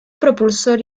propulsor